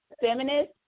feminist